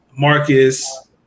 Marcus